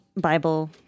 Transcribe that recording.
Bible